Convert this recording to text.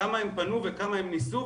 כמה הם פנו וכמה הם ניסו,